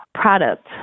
product